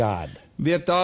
God